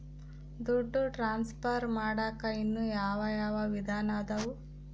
ದುಡ್ಡು ಟ್ರಾನ್ಸ್ಫರ್ ಮಾಡಾಕ ಇನ್ನೂ ಯಾವ ಯಾವ ವಿಧಾನ ಅದವು?